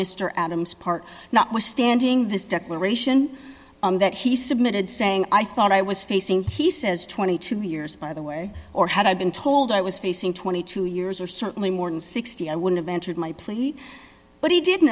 mr adams part notwithstanding this declaration that he submitted saying i thought i was facing he says twenty two years by the way or had i been told i was facing twenty two years or certainly more than sixty i would have entered my plea but he didn't